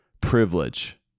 privilege